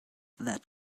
that